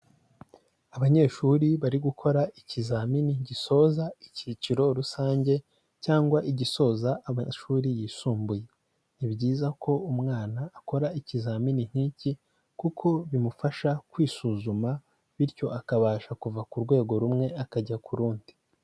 Abanyeshuri bari gukora ikizamini gisoza icyiciro rusange cyangwa igisoza amashuri yisumbuye. Ni byiza ko umwana akora ikizamini nk'iki kuko bimufasha kwisuzuma bityo akabasha kuva ku rwego rumwe, akajya ku rundi.